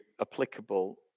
applicable